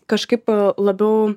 kažkaip labiau